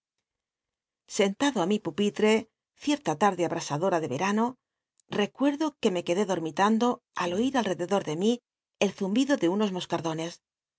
sentado i mi pupitre cierta tarde a sadora de e rano recuerdo que me quedé domitando al oir alredcdo de mí el zumbido de unos moscardones